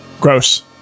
Gross